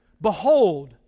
Behold